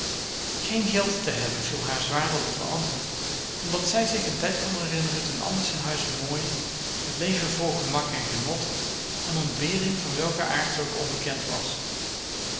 geen geld te hebben viel haar zwaarder dan de anderen omdat zij zich een tijd kon herinneren toen alles in huis mooi het leven vol gemak en genot en ontbering van welken aard ook onbekend was